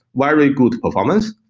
very good performance.